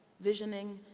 visioning,